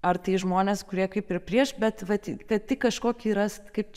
ar tai žmonės kurie kaip ir prieš bet vat kad tik kažkokį rast kaip